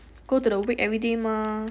go to the wake everyday mah